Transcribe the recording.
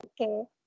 Okay